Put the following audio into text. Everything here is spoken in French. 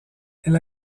elle